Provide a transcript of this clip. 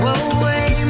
away